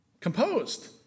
composed